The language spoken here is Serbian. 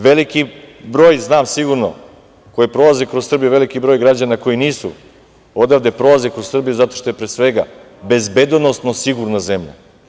Veliki broj, znam sigurno, koji prolaze kroz Srbiju, veliki broj građana koji nisu odavde, prolaze kroz Srbiju, zato što je, pre svega, bezbedonosno sigurna zemlja.